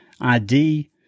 ID